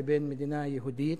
לבין מדינה יהודית.